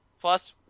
Plus